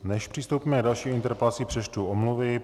Než přistoupíme na další interpelaci, přečtu omluvy.